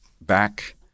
back